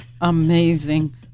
amazing